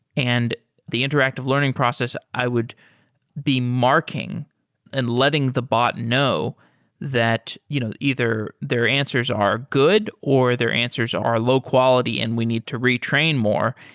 and the interactive learning process i would be marking and letting the bot know that you know either their answers are good or their answers are low-quality and we need to retrain more.